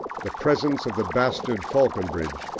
the presence of the bastard faulconbridge,